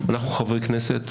אנחנו חברי כנסת